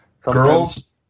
Girls